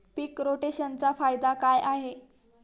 पीक रोटेशनचा फायदा काय आहे?